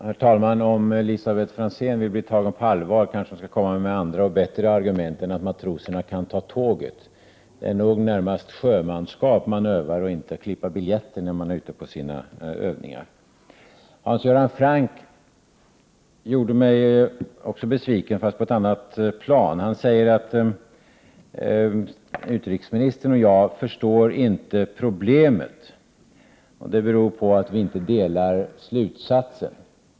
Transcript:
Herr talman! Om Elisabet Franzén vill bli tagen på allvar kanske hon skall komma med andra och bättre argument än att matroserna kan ta tåget. Det är nog närmast sjömanskap och inte biljettklippning som de avser att öva. Hans Göran Franck gjorde mig också besviken, fast på ett annat plan. Han säger att utrikesministern och jag inte förstår problemet, beroende på att vi inte delar slutsatsen.